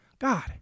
God